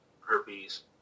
herpes